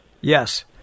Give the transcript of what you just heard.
Yes